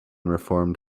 reformed